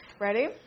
ready